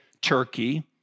Turkey